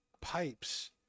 pipes